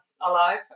alive